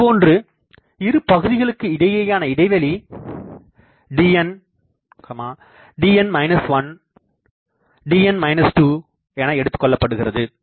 இதேபோன்றுஇரு பகுதிகளுக்கு இடையேயான இடைவெளி dn dn 1 dn 2 என எடுத்துக் கொள்ளப்படுகிறது